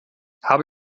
habe